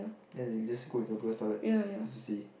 then they just go into the girl's toilet just to see